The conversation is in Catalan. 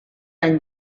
any